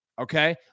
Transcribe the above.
okay